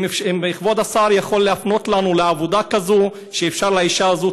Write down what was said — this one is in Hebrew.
האם כבוד השר יכול להפנות אותנו לעבודה כזאת לאישה הזאת,